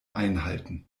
einhalten